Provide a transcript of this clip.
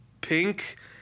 Pink